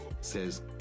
says